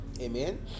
Amen